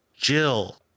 Jill